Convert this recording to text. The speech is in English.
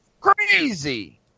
crazy